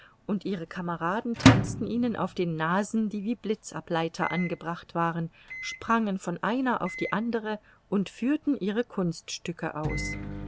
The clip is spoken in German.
und ihre kameraden tanzten ihnen auf den nasen die wie blitzableiter angebracht waren sprangen von einer auf die andere und führten ihre kunststücke aus